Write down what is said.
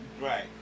Right